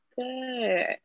good